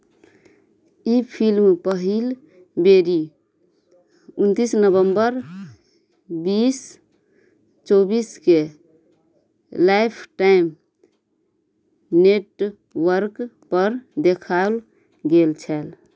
ई film पहिल बेरी उनतीस नवम्बर बीस चौबीसकेँ लाइफ टाइम नेटवर्कपर देखाओल गेल छल